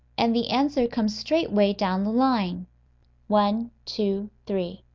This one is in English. and the answer comes straightway down the line one, two, three.